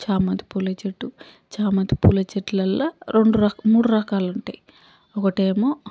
చామంతి పూల చెట్టు చామంతి పూల చెట్టులల్లో రెండు రకము మూడు రకాలు ఉంటాయి ఒకటేమో